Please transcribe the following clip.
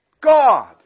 God